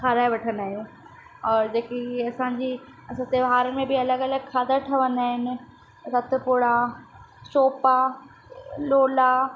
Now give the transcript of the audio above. खाराए वठंदा आहियूं और जेकी हीअ असांजी असां त्योहार में बि अलॻि अलॻि खाधा ठहंदा आहिनि सतपुड़ा चोपा लोला